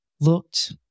looked